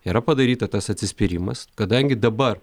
yra padaryta tas atsispyrimas kadangi dabar